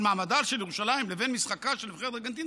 מעמדה של ירושלים לבין משחקה של נבחרת ארגנטינה,